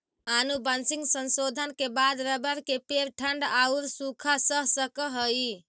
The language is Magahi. आनुवंशिक संशोधन के बाद रबर के पेड़ ठण्ढ औउर सूखा सह सकऽ हई